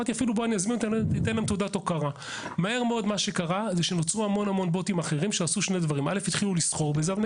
ניסינו את זה באופן לא מתוכנן, זה נוסה בלשכת בני